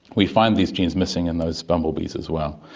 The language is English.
we find these genes missing in those bumblebees as well.